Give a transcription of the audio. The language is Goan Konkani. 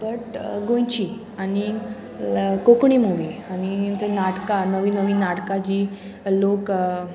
बट गोंयची आनी कोंकणी मुवी आनी ते नाटकां नवी नवी नाटकां जी लोक